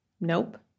Nope